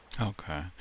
okay